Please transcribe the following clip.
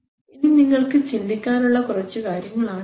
ഇനി നിങ്ങൾക്ക് ചിന്തിക്കാനുള്ള ഉള്ള കുറച്ചു കാര്യങ്ങൾ ആണ്